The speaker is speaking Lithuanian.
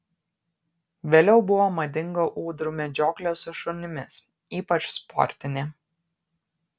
vėliau buvo madinga ūdrų medžioklė su šunimis ypač sportinė